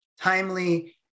timely